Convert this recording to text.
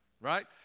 right